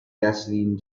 gasoline